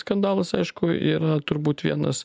skandalas aišku yra turbūt vienas